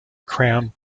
crown